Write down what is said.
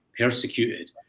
Persecuted